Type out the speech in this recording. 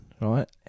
right